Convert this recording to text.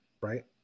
right